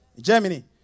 Germany